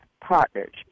partners